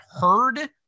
heard